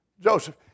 Joseph